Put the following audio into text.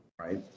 right